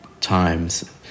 times